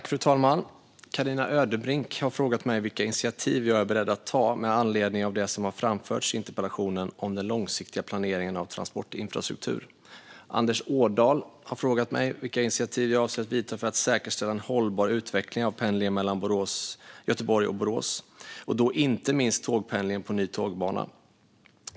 Fru talman! Carina Ödebrink har frågat mig vilka initiativ jag är beredd att ta med anledning av det som har framförts i interpellationen om den långsiktiga planeringen av transportinfrastruktur. Anders Ådahl har frågat mig vilka initiativ jag avser att vidta för att säkerställa en hållbar utveckling av pendlingen mellan Göteborg och Borås och då inte minst tågpendling på ny tågbana.